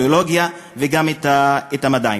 ביולוגיה וגם מדעים.